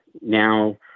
now